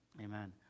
Amen